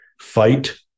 Fight